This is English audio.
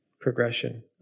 progression